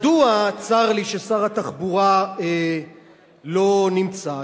מדוע צר לי ששר התחבורה לא נמצא?